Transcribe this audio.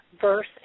verse